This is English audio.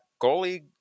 goalie